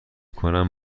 کنم